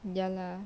ya lah